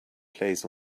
plays